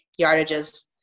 yardages